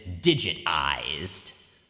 digitized